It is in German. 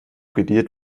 gedealt